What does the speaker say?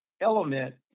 element